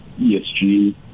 ESG